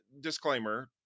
disclaimer